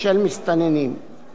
לשם כך הכין משרד הפנים,